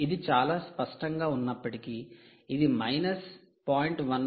ఇది చాలా స్పష్టంగా ఉన్నప్పటికీ ఇది 0